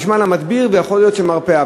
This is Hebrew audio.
נשמע שעל המדביר, ויכול להיות המרפאה.